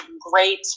great